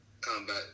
combat